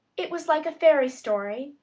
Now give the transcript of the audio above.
it was like a fairy story,